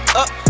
up